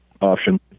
option